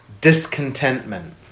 discontentment